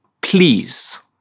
please